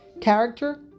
character